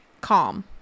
calm